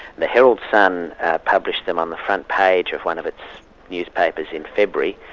the herald-sun published them on the front page of one of its newspapers in february,